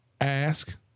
ask